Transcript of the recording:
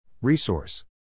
Resource